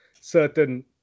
certain